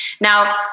Now